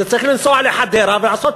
צריך לנסוע לחדרה ולעשות,